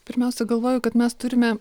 pirmiausia galvoju kad mes turime